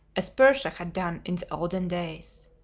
as persia had done in the olden days.